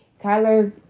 Kyler